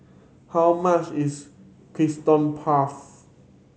how much is Custard Puff